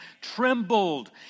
trembled